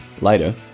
Later